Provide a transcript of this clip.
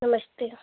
नमस्ते